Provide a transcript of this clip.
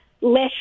less